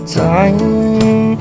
time